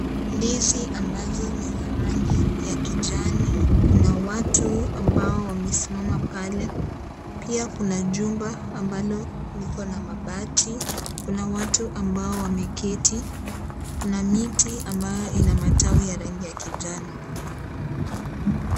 Ndizi ambazo ni za rangi ya kijani, kuna watu ambao wamesimama pale, pia kuna jumba ambalo liko na mabati, kuna watu ambao wameketi, kuna miti ambayo ina matawi ya rangi ya kijani.